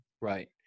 Right